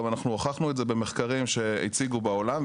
גם הוכחנו את זה במחקרים שהציגו בעולם,